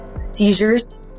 seizures